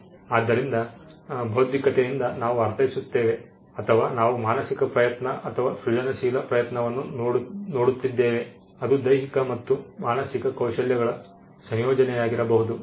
ಆದ್ದರಿಂದ ಬೌದ್ಧಿಕತೆಯಿಂದ ನಾವು ಅರ್ಥೈಸುತ್ತೇವೆ ಅಥವಾ ನಾವು ಮಾನಸಿಕ ಪ್ರಯತ್ನ ಅಥವಾ ಸೃಜನಶೀಲ ಪ್ರಯತ್ನವನ್ನು ನೋಡುತ್ತಿದ್ದೇವೆ ಅದು ದೈಹಿಕ ಮತ್ತು ಮಾನಸಿಕ ಕೌಶಲ್ಯಗಳ ಸಂಯೋಜನೆಯಾಗಿರಬಹುದು